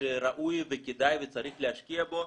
שראוי וכדאי וצריך להשקיע בו.